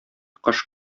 кош